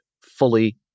fully